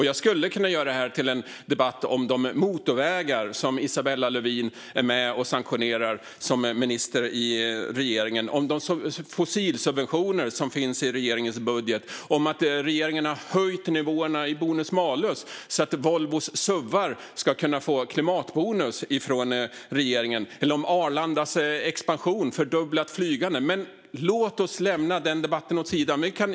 Jag skulle kunna göra det här till en debatt om de motorvägar som Isabella Lövin är med och sanktionerar som minister i regeringen, om de fossilsubventioner som finns i regeringens budget, om att regeringen har höjt nivåerna i bonus-malus så att Volvos SUV:ar ska kunna få klimatbonus från regeringen eller om Arlandas expansion och ett fördubblat flygande. Men låt oss lämna den debatten åt sidan.